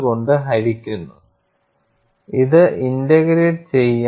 അത് 1 by 3 pi ഗുണിച്ച് KI sigma ys whole സ്ക്വയറിനു 1 by 3 pi KI sigma ys whole square തുല്യമാണ്